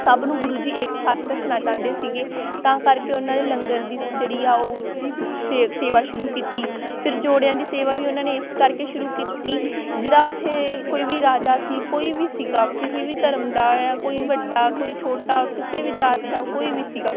ਸਭ ਨੂੰ ਗੁਰੂ ਜੀ ਇੱਕ ਸਾਥ ਰੱਖਣਾ ਚਾਹੁੰਦੇ ਸੀਗੇ ਤਾਂ ਕਰਕੇ ਉਹਨਾਂ ਨੇ ਲੰਗਰ ਦੀ ਜਿਹੜੀ ਆ ਉਹ ਸੇ ਸੇਵਾ ਸ਼ੁਰੂ ਕੀਤੀ ਫਿਰ ਜੋੜਿਆਂ ਦੀ ਸੇਵਾ ਵੀ ਉਹਨਾਂ ਨੇ ਇਸ ਕਰਕੇ ਸ਼ੁਰੂ ਕੀਤੀ ਜਿਹੜਾ ਉੱਥੇ ਕੋਈ ਵੀ ਰਾਜਾ ਸੀ ਕੋਈ ਵੀ ਸੀਗਾ ਕਿਸੇ ਵੀ ਧਰਮ ਦਾ ਜਾਂ ਕੋਈ ਵੱਡਾ ਕੋਈ ਛੋਟਾ ਕਿਸੇ ਵੀ ਜਾਤ ਦਾ ਕੋਈ ਵੀ ਸੀਗਾ